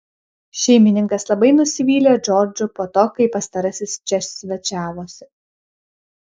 šeimininkas labai nusivylė džordžu po to kai pastarasis čia svečiavosi